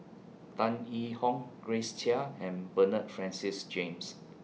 Tan Yee Hong Grace Chia and Bernard Francis James